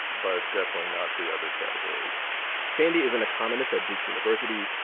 but definitely not the other categories sandy is an economist at duke university.